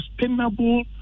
sustainable